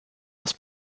aus